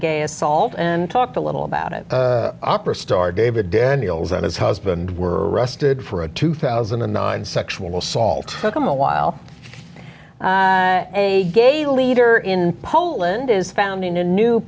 gay assault and talked a little about it opera star david daniels and his husband were arrested for a two thousand and nine sexual assault took them a while a gay leader in poland is found in a new